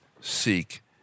seek